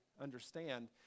understand